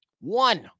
One